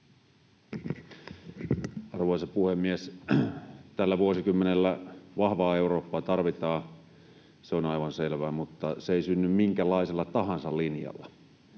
Arvoisa puhemies! Tällä vuosikymmenellä vahvaa Eurooppaa tarvitaan, se on aivan selvä, mutta se ei synny minkälaisella linjalla